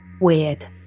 weird